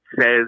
says